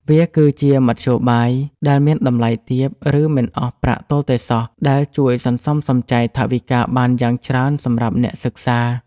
វាគឺជាមធ្យោបាយដែលមានតម្លៃទាប ឬមិនអស់ប្រាក់ទាល់តែសោះ ដែលជួយសន្សំសំចៃថវិកាបានយ៉ាងច្រើនសម្រាប់អ្នកសិក្សា។